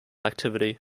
activity